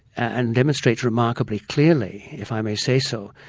and demonstrates remarkably clearly if i may say so,